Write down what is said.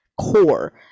core